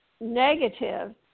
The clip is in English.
negative